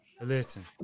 Listen